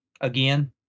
again